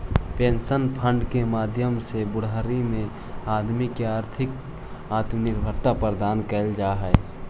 pension fund के माध्यम से बुढ़ारी में आदमी के आर्थिक आत्मनिर्भरता प्रदान कैल जा हई